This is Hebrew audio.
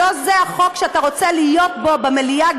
לא זה החוק שאתה רוצה להיות בו במליאה,